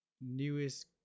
newest